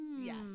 yes